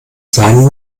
sein